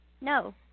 No